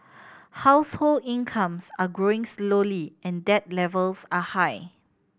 household incomes are growing slowly and debt levels are high